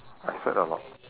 I sweat a lot